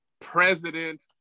president